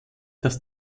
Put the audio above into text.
das